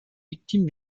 victime